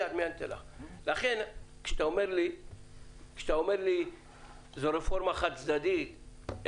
לכן כשאתה אומר לי שזאת רפורמה חד-צדדית,